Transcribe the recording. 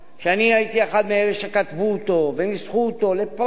שאני הייתי אחד מאלה שכתבו אותו וניסחו אותו על כל פרט ופרט?